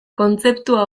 kontzeptua